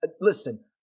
Listen